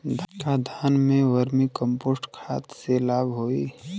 का धान में वर्मी कंपोस्ट खाद से लाभ होई?